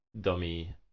dummy